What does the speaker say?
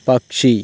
പക്ഷി